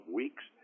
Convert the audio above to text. weeks